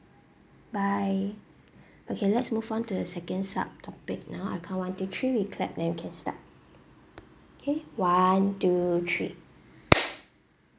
bye okay let's move on to the second sub topic now I count one two three we clap then we can start okay one two three